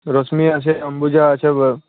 রোশনি আছে অম্বুজা আছে এবার